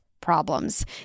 problems